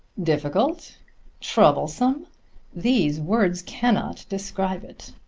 difficult troublesome these words cannot describe it.